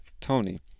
tony